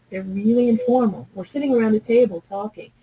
ah really informal. we're sitting around a table talking,